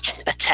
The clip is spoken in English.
attack